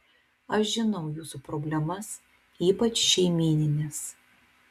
aš žinau jūsų problemas ypač šeimynines